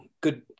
good